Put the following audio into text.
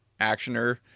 actioner